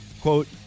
quote